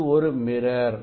இது ஒரு மிரர்